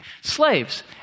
slaves